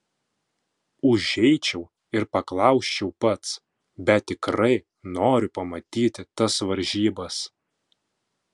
užeičiau ir paklausčiau pats bet tikrai noriu pamatyti tas varžybas